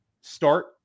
Start